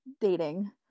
dating